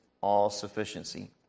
all-sufficiency